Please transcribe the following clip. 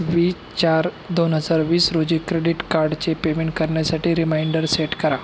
वीस चार दोन हजार वीस रोजी क्रेडीटकार्डचे पेमेंट करण्यासाठी रिमाइंडर सेट करा